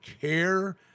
care